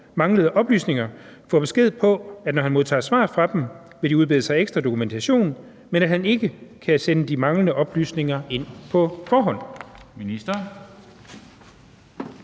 manglede oplysninger, får besked på, at når han modtager svar fra dem, vil de udbede sig ekstra dokumentation, men at han ikke kan sende de manglende oplysninger ind på forhånd?